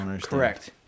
Correct